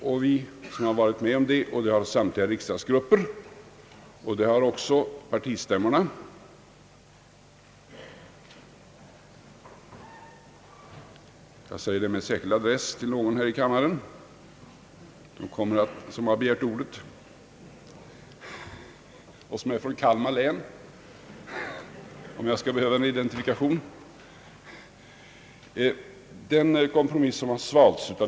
Vi som har deltagit i detta arbete — och det har samtliga riksdagsgrupper och även partistämmorna — och kommit fram till denna kompromiss är på det klara med att den har ingredienser på både gott och ont från varje enskild partimedlems synpunkt.